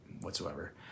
whatsoever